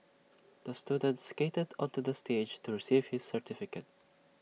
the student skated onto the stage to receive his certificate